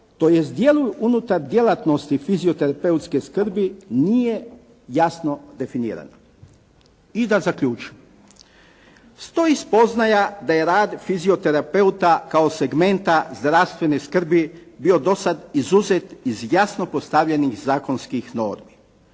tj. Djeluju unutar djelatnosti fizioterapeutske skrbi nije jasno definirana. I da zaključim. Stoji spoznaja da je rad fizioterapeuta kao segmenta zdravstvene skrbi bio do sada izuzet iz jasno postavljenih zakonskih normi.